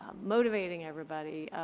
motivating everybody.